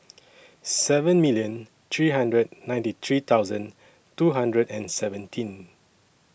seven million three hundred and ninety three thousand two hundred and seventeen